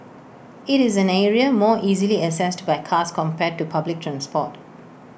IT is an area more easily accessed by cars compared to public transport